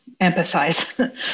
empathize